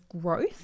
growth